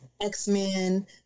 x-men